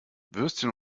würstchen